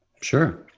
Sure